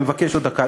אני מבקש עוד דקה.